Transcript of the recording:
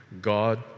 God